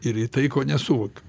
ir į tai ko nesuvokiu